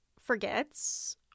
forgets